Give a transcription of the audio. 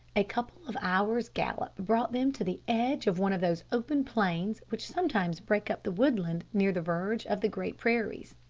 a couple of hours' gallop brought them to the edge of one of those open plains which sometimes break up the woodland near the verge of the great prairies.